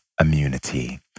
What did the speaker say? immunity